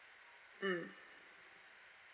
mm